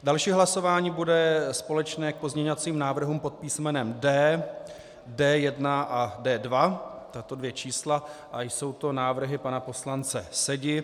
Další hlasování bude společné k pozměňovacím návrhům pod písmenem D D1 a D2, tato dvě čísla, a jsou to návrhy pana poslance Sedi.